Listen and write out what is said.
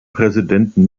präsidenten